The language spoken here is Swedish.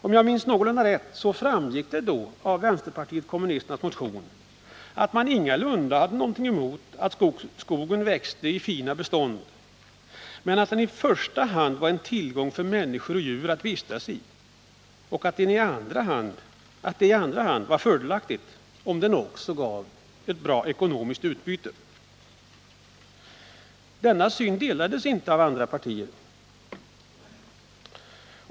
Om jag minns rätt så framggick det då av vpk-motionen att man ingalunda hade någonting emot att skogen växte i fina bestånd, men man ansåg att den i första hand var en tillgång för människor och djur att vistas i och att det i andra hand var fördelaktigt om den också gav ett ekonomiskt utbyte. Denna syn delas inte av andra partier.